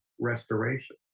restoration